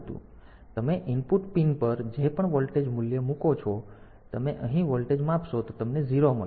તેથી તમે input pin પર જે પણ વોલ્ટેજ મૂલ્ય મૂકો છો તો જો તમે અહીં વોલ્ટેજ માપશો તો તમને 0 મળશે